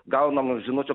gaunamų žinučių